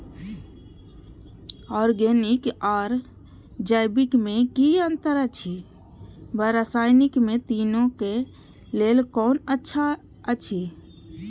Organic आर जैविक में कि अंतर अछि व रसायनिक में तीनो क लेल कोन अच्छा अछि?